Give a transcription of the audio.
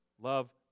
Love